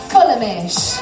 Fulhamish